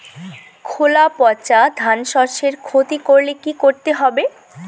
খোলা পচা ধানশস্যের ক্ষতি করলে কি করতে হবে?